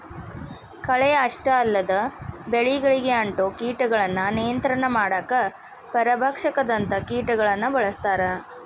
ಕಳೆ ಅಷ್ಟ ಅಲ್ಲದ ಬೆಳಿಗಳಿಗೆ ಅಂಟೊ ಕೇಟಗಳನ್ನ ನಿಯಂತ್ರಣ ಮಾಡಾಕ ಪರಭಕ್ಷಕದಂತ ಕೇಟಗಳನ್ನ ಬಳಸ್ತಾರ